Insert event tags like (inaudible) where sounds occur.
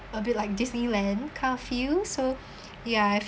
a bit like disneyland kind of feel so (breath) ya I